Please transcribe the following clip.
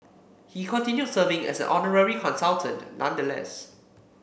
he continued serving as an honorary consultant nonetheless